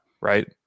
right